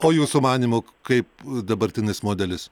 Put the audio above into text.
o jūsų manymu kaip dabartinis modelis